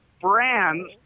brands